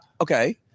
okay